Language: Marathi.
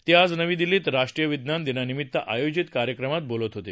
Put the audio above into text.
ते आज नवी दिल्लीत राष्ट्रीय विज्ञान दिनानिमित्त आयोजित कार्यक्रमात बोलत होते